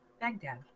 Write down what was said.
Baghdad